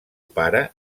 pare